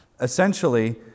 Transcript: essentially